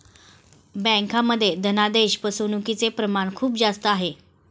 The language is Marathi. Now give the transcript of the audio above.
बँकांमध्ये धनादेश फसवणूकचे प्रमाण खूप जास्त आहे